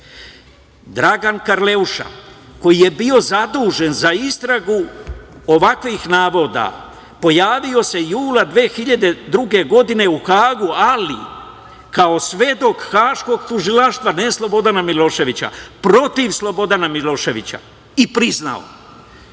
Dragan Karleuša, koji je bio zadužen za istragu ovakvih navoda pojavio se jula 2002. godine u Hagu, ali kao svedok Haškog tužilaštva, ne Slobodana Miloševića, protiv Slobodana Miloševića i priznao